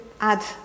add